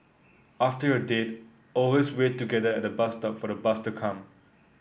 after your date always wait together at the bus stop for the bus to come